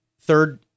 third